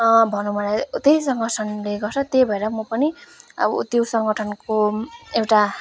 भनौँ भने त्यही सङ्गठनले गर्छ त्यही भएर म पनि अब त्यो सङ्गठनको एउटा